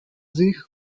sich